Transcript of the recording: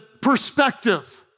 perspective